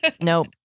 Nope